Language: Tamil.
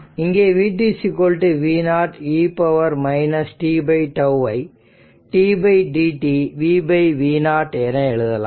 இங்கே vt v0 e tτ ஐ ddt vv0 என எழுதலாம்